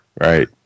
Right